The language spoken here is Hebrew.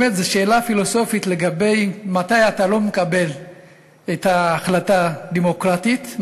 באמת זאת שאלה פילוסופית לגבי מתי אתה לא מקבל את ההחלטה הדמוקרטית,